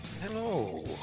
Hello